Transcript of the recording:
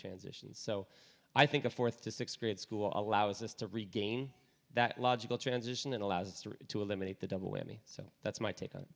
transitions so i think a fourth to sixth grade school allows us to regain that logical transition that allows us to eliminate the double whammy so that's my take on